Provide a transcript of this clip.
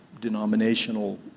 denominational